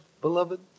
beloved